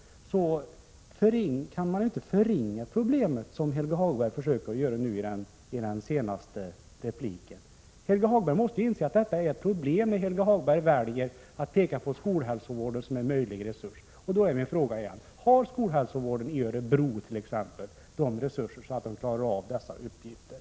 Man kan emellertid inte förringa problemet så som Helge Hagberg försöker göra i den senaste repliken. Helge Hagberg måste ju inse att det här finns ett problem, men han väljer att peka enbart på skolhälsovård som en möjlig resurs. Min fråga är återigen: Har skolhälsovården i Örebro de resurser som krävs för att klara dessa uppgifter?